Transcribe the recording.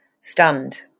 stunned